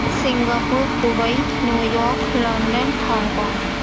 Singapore Dubai New York London Hong Kong